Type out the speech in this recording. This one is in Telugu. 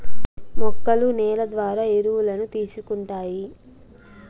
మొక్కలు నేల ద్వారా ఎరువులను తీసుకుంటాయి